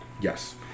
Yes